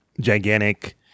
gigantic